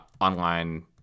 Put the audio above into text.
online